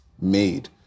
made